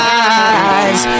eyes